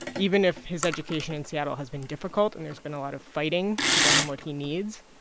even if his education in seattle has been difficult and there's been a lot of fighting to get him what he needs,